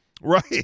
Right